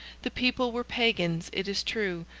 the people were pagans, it is true,